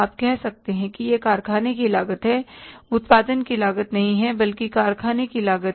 आप कह सकते हैं कि यह कारखाने की लागत है उत्पादन की लागत नहीं बल्कि कारखाने की लागत